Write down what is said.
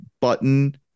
button